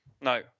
No